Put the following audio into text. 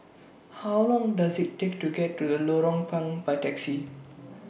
How Long Does IT Take to get to Lorong Payah By Taxi